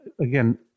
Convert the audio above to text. again